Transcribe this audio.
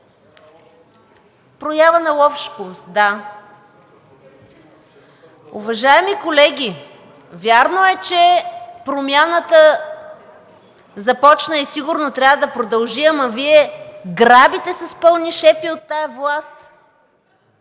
проява на лош вкус. Уважаеми колеги, вярно е, че промяната започна и сигурно трябва да продължи, но Вие грабите с пълни шепи от тази власт.